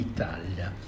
Italia